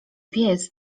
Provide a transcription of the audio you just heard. pies